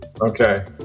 Okay